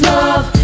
love